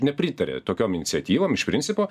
nepritarė tokiom iniciatyvom iš principo